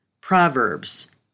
Proverbs